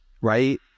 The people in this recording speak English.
right